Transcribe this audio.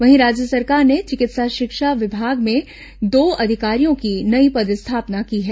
वहीं राज्य सरकार ने चिकित्सा शिक्षा विभाग में दो अधिकारियों की नई पदस्थापना की है